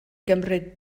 gymryd